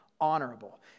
honorable